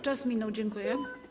Czas minął, dziękuję.